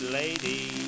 lady